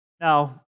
Now